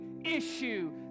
issue